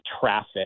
traffic